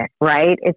right